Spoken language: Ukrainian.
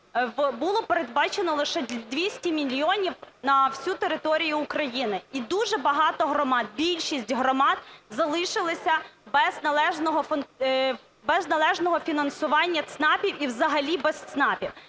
було передбачено лише 200 мільйонів на всю територію України, і дуже багато громад, більшість громад залишилися без належного фінансування ЦНАПів і взагалі без ЦНАПів.